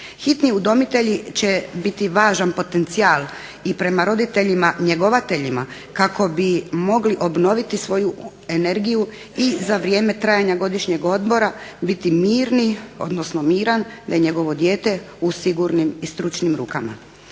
Hitni udomitelji će biti važan potencijal i prema roditeljima njegovateljima kako bi mogli obnoviti svoju energiju i za vrijeme trajanja godišnjeg odmora biti mirni, odnosno miran da je njegovo dijete u sigurnim i stručnim rukama.